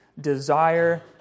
desire